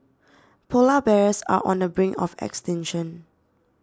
Polar Bears are on the brink of extinction